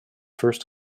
first